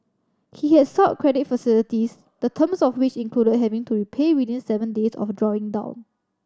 he had sought credit facilities the terms of which included having to repay within seven days of drawing down